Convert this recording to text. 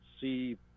see